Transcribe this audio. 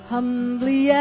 Humbly